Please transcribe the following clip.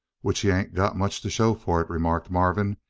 which he ain't got much to show for it, remarked marvin.